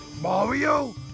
Mario